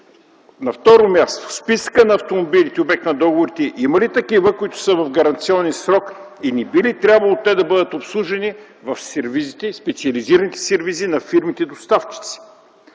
На второ място – в списъка на автомобилите, обект на договорите, има ли такива, които са в гаранционен срок и не би ли трябвало те да бъдат обслужени в специализираните сервизи на фирмите-доставчици?